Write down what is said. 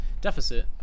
deficit